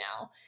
now